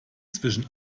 zwischen